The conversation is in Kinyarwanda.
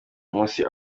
nkusi